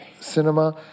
cinema